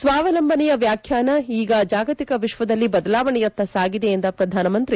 ಸ್ವಾವಲಂಬನೆಯ ವ್ಯಾಖ್ಯಾನ ಈಗ ಜಾಗತಿಕ ವಿಶ್ವದಲ್ಲಿ ಬದಲಾವಣೆಯತ್ತ ಸಾಗಿದೆ ಎಂದ ಪ್ರಧಾನಮಂತ್ರಿ